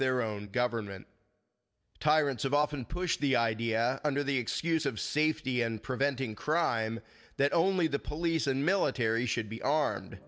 their own government tyrants have often pushed the idea under the excuse of safety and preventing crime that only the police and military should be armed